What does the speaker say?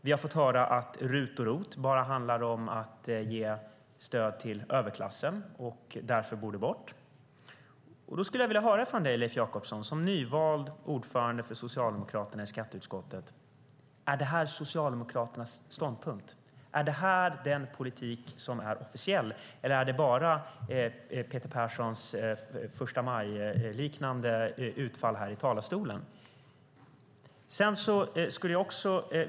Vi har fått höra att RUT och ROT bara handlar om att ge stöd till överklassen och att de därför borde tas bort. Jag skulle vilja höra från dig, Leif Jakobsson, som nyvald ordförande för Socialdemokraterna i skatteutskottet om detta är Socialdemokraternas ståndpunkt. Är det här den politik som är officiell? Eller är det bara ett förstamajliknande utfall från Peter Perssons här i talarstolen?